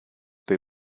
they